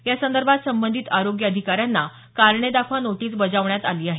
यासंदर्भात संबंधित आरोग्य अधिकाऱ्यांना कारणे दाखवा नोटीस बजावली आहे